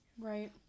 right